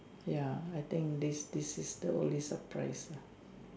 ya I think this this is the only surprise